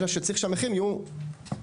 אלא שצריך שהמחירים יהיו מאוזנים.